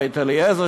בית-אליעזר,